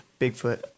Bigfoot